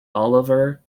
oliver